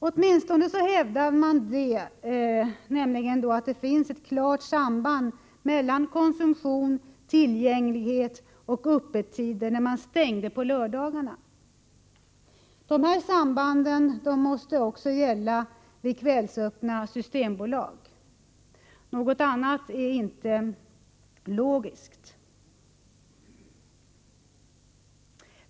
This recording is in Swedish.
Åtminstone hävdade man att det fanns ett klart samband mellan konsumtion, tillgänglighet och öppettider när man stängde systembutikerna på lördagarna. Dessa samband måste också gälla för kvällsöppna systembutiker — något annat är inte logiskt.